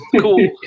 Cool